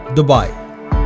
Dubai